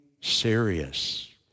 serious